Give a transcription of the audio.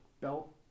belt